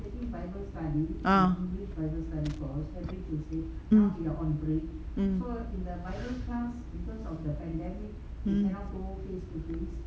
ah mm mm mm